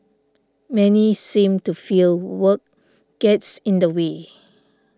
many seem to feel work gets in the way